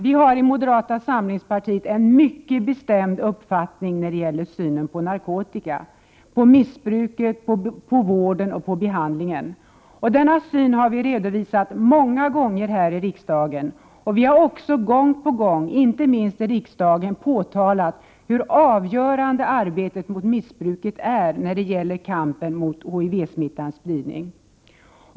Vi har i moderata samlingspartiet en mycket bestämd uppfattning när det gäller synen på narkotika, på missbruket, vården och behandlingen. Denna syn har vi redovisat många gånger här i riksdagen. Vi har också gång på gång — inte minst i riksdagen — påtalat hur avgörande arbetet mot missbruket är när det gäller kampen mot HIV-smittans spridning.